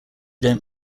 don’t